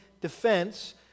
defense